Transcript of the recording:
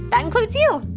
that includes you.